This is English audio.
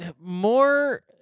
more